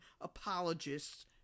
apologists